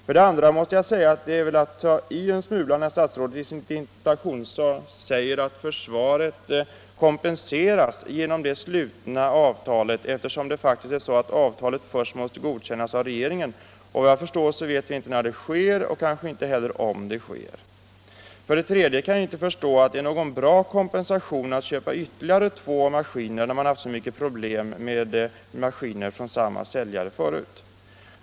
För det andra måste jag säga att det väl är att ta i en smula när statsrådet i sitt interpellationssvar säger att försvaret kompenserats genom det slutna avtalet, eftersom det faktiskt är så att avtalet först måste godkännas av regeringen, och vad jag förstår så vet vi inte när det sker och kanske inte heller om det sker. För det tredje kan jag inte förstå att det är någon bra kompensation att köpa ytterligare två maskiner när man haft så mycket problem förut med ma skiner från samma säljare.